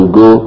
go